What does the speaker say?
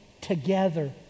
together